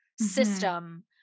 system